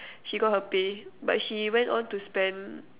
she got her pay but she went on to spend